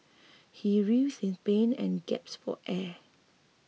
he writhed in pain and gasped for air